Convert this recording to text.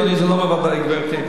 זאת ועדת הסל.